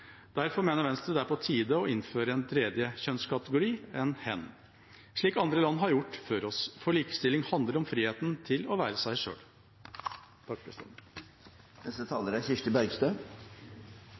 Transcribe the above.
Derfor mener Venstre det er på tide å innføre en tredje kjønnskategori, hen, slik andre land har gjort før oss – for likestilling handler om friheten til å være seg